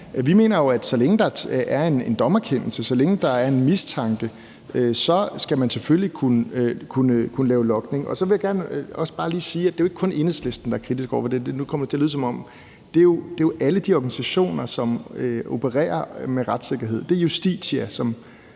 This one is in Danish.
Vi mener, at så længe der er en dommerkendelse, så længe der er en mistanke, skal man selvfølgelig kunne lave logning. Så vil jeg også bare gerne sige, at det jo ikke kun er Enhedslisten, der er kritiske over for det. Det er jo alle de organisationer, som opererer med retssikkerhed. Det er Justitia, som